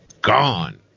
gone